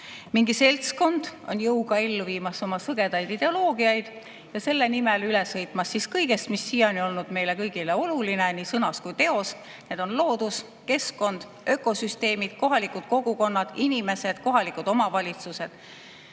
Mingi seltskond on jõuga ellu viimas oma sõgedat ideoloogiat ja [on valmis] selle nimel üle sõitma kõigest, mis siiani on olnud meile kõigile oluline nii sõnas kui ka teos. Need on loodus, keskkond, ökosüsteemid, kohalikud kogukonnad, inimesed, kohalikud omavalitsused.